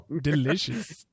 Delicious